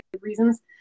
reasons